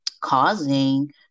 causing